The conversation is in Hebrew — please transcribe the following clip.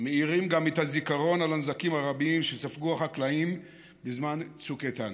מעירים גם את הזיכרון על הנזקים הרבים שספגו החקלאים בזמן צוק איתן.